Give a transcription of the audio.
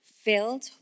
filled